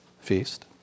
feast